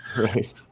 right